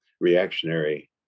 reactionary